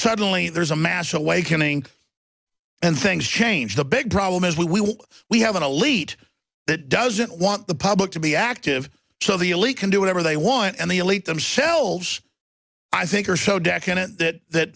suddenly there's a mass awakening and things change the big problem is we we have an elite that doesn't want the public to be active so the elite can do whatever they want and the elite themselves i think are so decadent that that